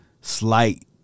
slight